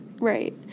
Right